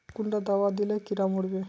कुंडा दाबा दिले कीड़ा मोर बे?